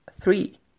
Three